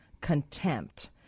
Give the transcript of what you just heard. contempt